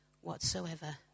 whatsoever